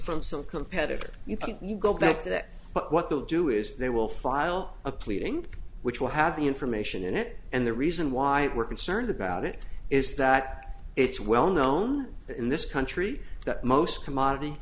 from some competitor you can you go back to that but what they'll do is they will file a pleading which will have the information in it and the reason why we're concerned about it is that it's well known in this country that most commodity